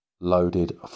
Loaded